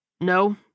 No